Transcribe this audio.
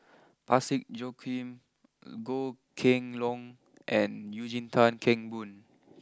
Parsick Joaquim Goh Kheng long and Eugene Tan Kheng Boon